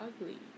ugly